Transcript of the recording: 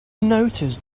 notice